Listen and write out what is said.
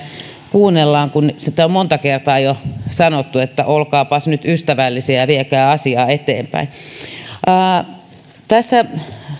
kuunnellaan kun sitä on monta kertaa jo sanottu että olkaapas nyt ystävällisiä ja viekää asiaa eteenpäin tässä